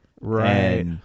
right